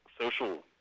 social